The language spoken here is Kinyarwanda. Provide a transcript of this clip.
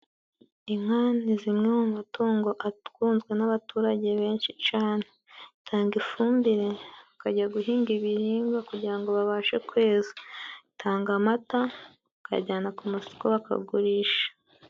Inka ni zimwe mu matungo atunzwe n'abaturage benshi cane atanga ifumbire bakajya guhinga ibihingwa kugira ngo babashe kweza, itanga amata bakayajyana ku masoko bakayagurisha.